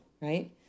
right